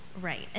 Right